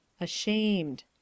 Ashamed